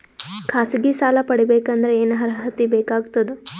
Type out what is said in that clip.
ಖಾಸಗಿ ಸಾಲ ಪಡಿಬೇಕಂದರ ಏನ್ ಅರ್ಹತಿ ಬೇಕಾಗತದ?